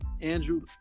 Andrew